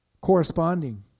corresponding